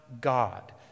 God